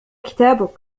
كتابك